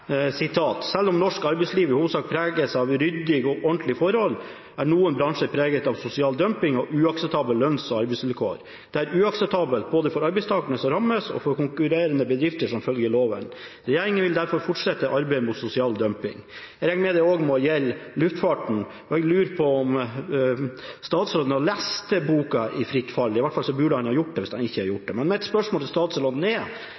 om norsk arbeidsliv i all hovedsak preges av ryddige og ordentlige forhold, er noen bransjer preget av sosial dumping og uakseptable lønns- og arbeidsvilkår. Dette er uakseptabelt, både for arbeidstakerne som rammes og for konkurrerende bedrifter som følger loven. Regjeringen vil derfor fortsette arbeidet mot sosial dumping.» Jeg regner med at dette også må gjelde luftfarten. Jeg lurer på om statsråden har lest boka «Fritt fall». Iallfall burde han ha gjort det, hvis han ikke har gjort det. Mitt spørsmål til statsråden er: